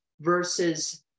versus